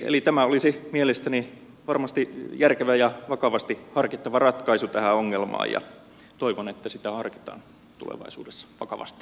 eli tämä olisi mielestäni varmasti järkevä ja vakavasti harkittava ratkaisu tähän ongelmaan ja toivon että sitä harkitaan tulevaisuudessa vakavasti